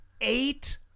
eight